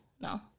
No